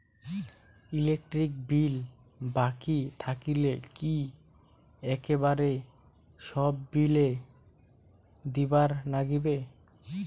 Electric bill বাকি থাকিলে কি একেবারে সব বিলে দিবার নাগিবে?